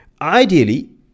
Ideally